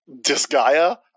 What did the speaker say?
Disgaea